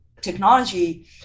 technology